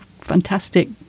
fantastic